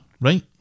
right